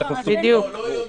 לא יום-יום.